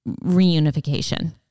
reunification